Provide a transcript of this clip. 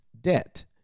debt